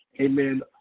Amen